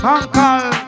Uncle